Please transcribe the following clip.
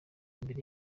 imbere